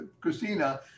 Christina